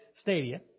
stadia